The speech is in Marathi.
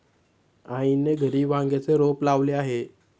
आईने घरी वांग्याचे रोप लावले आहे